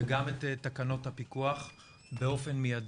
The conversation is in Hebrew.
וגם את תקנות הפיקוח באופן מיידי.